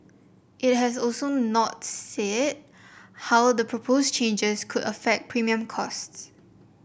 it has also not said how the proposed changes could affect premium costs